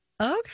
okay